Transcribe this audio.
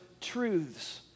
truths